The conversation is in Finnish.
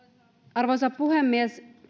arvoisa puhemies